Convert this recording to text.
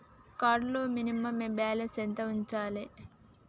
Card లో minimum balance ఎంత ఉంచాలే?